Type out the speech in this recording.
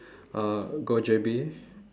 uh go J_B